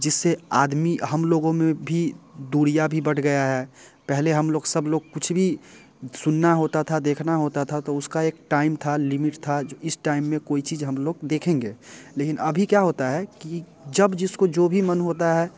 जिससे आदमी हम लोगों में भी दूरियाँ भी बढ़ गई हैं पहले हम लोग सब लोग कुछ भी सुनना होता था देखना होता था तो उसका एक टाइम था लिमिट था जो इस टाइम में कोई चीज़ हम लोग देखेंगे लेकिन अभी क्या होता है कि जब जिसको जो भी मन होता है